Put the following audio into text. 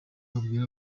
wabwira